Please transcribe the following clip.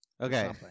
Okay